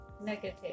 negative